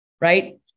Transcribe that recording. right